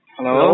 Hello